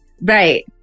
right